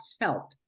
help